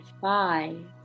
five